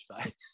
face